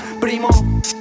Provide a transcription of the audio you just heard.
Primo